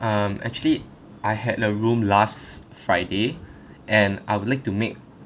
um actually I had a room last friday and I would like to make